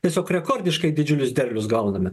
tiesiog rekordiškai didžiulius derlius gauname